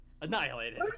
Annihilated